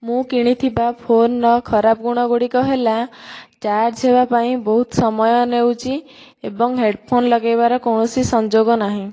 ମୁଁ କିଣିଥିବା ଫୋନର ଖରାପ ଗୁଣଗୁଡିକ ହେଲା ଚାର୍ଜ ହେବାପାଇଁ ବହୁତ ସମୟ ନେଉଛି ଏବଂ ହେଡଫୋନ ଲଗେଇବାର କୌଣସି ସଂଯୋଗ ନାହିଁ